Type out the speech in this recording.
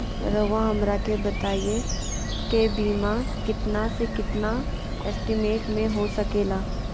रहुआ हमरा के बताइए के बीमा कितना से कितना एस्टीमेट में हो सके ला?